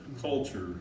culture